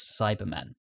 Cybermen